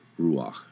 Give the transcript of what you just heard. ruach